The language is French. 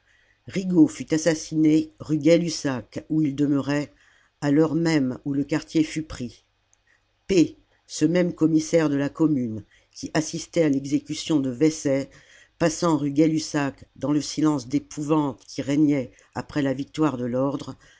rigaud fut assassiné rue gay-lussac où il demeurait à l'heure même où le quartier fut pris p ce même commissaire de la commune qui assistait à l'exécution de vaysset passant rue gay-lussac dans le silence d'épouvante qui régnait après la victoire de l'ordre